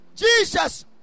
Jesus